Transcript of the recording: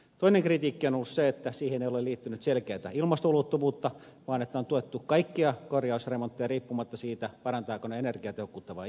toinen kritiikki on ollut se että siihen ei ole liittynyt selkeätä ilmastoulottuvuutta vaan että on tuettu kaikkia korjausremontteja riippumatta siitä parantavatko ne energiatehokkuutta vai ei